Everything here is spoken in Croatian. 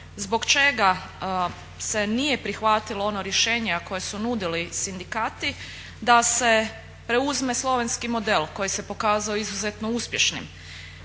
zbog čega se nije prihvatilo ona rješenja koja su nudili sindikati, da se preuzme slovenski model koji se pokazao izuzetno uspješnim.